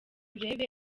urebe